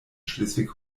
schleswig